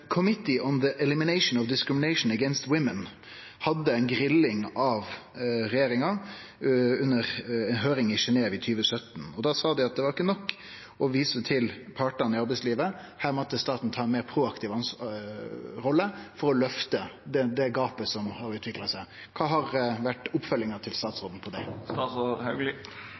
hadde ei grilling av regjeringa under ei høyring i Genève i 2017, og da sa dei at det ikkje var nok å vise til partane i arbeidslivet, her måtte staten ta ei meir proaktiv rolle for å løfte det gapet som har utvikla seg. Kva har vore oppfølginga frå statsråden på